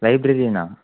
லைப்ரரியனா